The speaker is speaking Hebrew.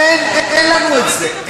אין לנו את זה.